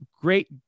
Great